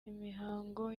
imihango